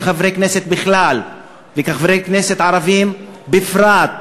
כחברי כנסת בכלל וכחברי כנסת ערבים בפרט,